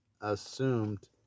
assumed